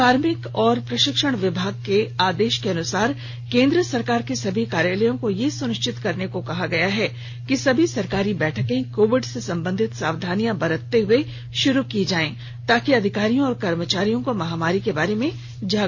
कार्मिक और प्रशिक्षण विभाग के आदेश के अनुसार केंद्र सरकार के सभी कार्यालयों को यह सुनिश्चित करने को कहा गया है कि सभी सरकारी बैठकें कोविड से संबंधित सावधानियां बरतते हुए शुरू की जाएं ताकि अधिकारियों और कर्मचारियों को महामारी के बारे में जागरूक किया जा सके